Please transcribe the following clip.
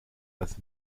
das